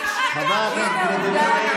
למה לשקר, לא היה שלט כזה.